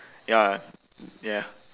ya ya